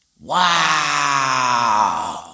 wow